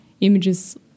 images